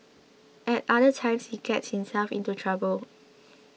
at other times he gets himself into trouble